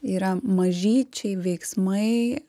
yra mažyčiai veiksmai